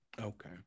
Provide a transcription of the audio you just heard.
Okay